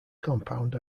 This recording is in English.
compound